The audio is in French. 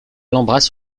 l’embrasse